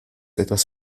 etwas